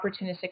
opportunistic